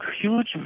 huge